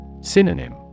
Synonym